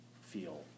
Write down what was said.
feel